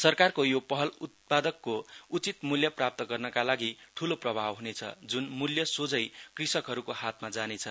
सरकारको यो पहल उत्पादकको उचित मूल्य प्राप्त गर्नका लागि ठूलो प्रभाव हेछ ज्न मूल्य सोझै कृषकहरूको हातमा जानेछ